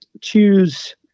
choose